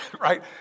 right